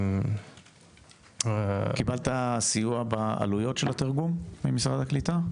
האם קיבלת סיוע בעלויות התרגום ממשרד הקליטה?